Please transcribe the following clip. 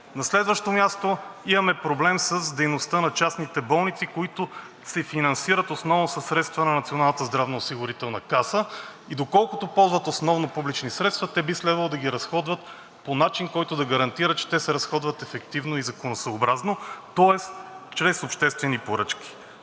на следващо място, имаме проблем с дейността на частните болници, които се финансират основно със средства на Националната здравноосигурителна каса, и доколкото ползват основно публични средства, те би следвало да ги разходват по начин, който да гарантира, че те се разходват ефективно и законосъобразно, тоест чрез обществени поръчки.